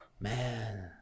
Man